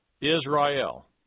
Israel